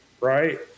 Right